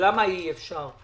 ולמה אי אפשר.